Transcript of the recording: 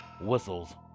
whistles